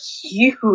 huge